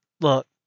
Look